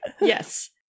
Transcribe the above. Yes